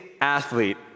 athlete